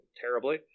terribly